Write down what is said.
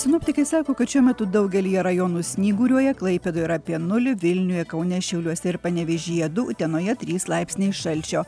sinoptikai sako kad šiuo metu daugelyje rajonų snyguriuoja klaipėdoje yra apie nulį vilniuje kaune šiauliuose ir panevėžyje du utenoje trys laipsniai šalčio